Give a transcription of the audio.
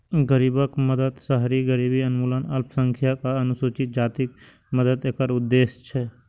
गरीबक मदति, शहरी गरीबी उन्मूलन, अल्पसंख्यक आ अनुसूचित जातिक मदति एकर उद्देश्य छै